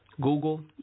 Google